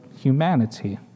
humanity